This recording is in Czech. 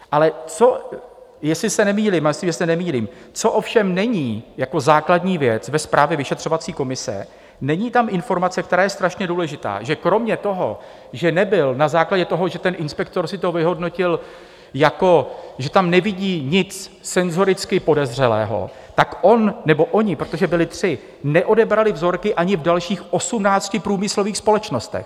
Ale co jestli se nemýlím a myslím, že se nemýlím ovšem není jako základní věc ve zprávě vyšetřovací komise, není tam informace, která je strašně důležitá, že kromě toho, že nebyl na základě toho, že ten inspektor si to vyhodnotil, že tam nevidí nic senzoricky podezřelého, tak on nebo oni, protože byli tři, neodebrali vzorky ani v dalších 18 průmyslových společnostech.